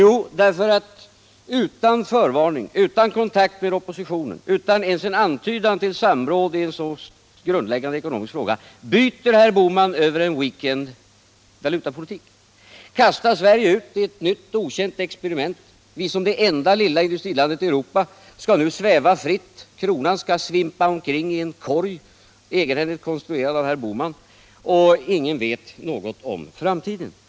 Jo, därför att utan förvarning, utan kontakter med oppositionen, utan en antydan till samråd i en så grundläggande ekonomisk fråga byter herr Bohman valutapolitik, kastar Sverige ut i ett nytt och okänt experiment. Det lilla Sverige skall som enda industriland i Europa sväva fritt. Kronan skall skvimpa omkring i en korg, som herr Bohman egenhändigt har konstruerat, och ingen vet något om framtiden.